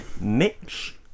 Mitch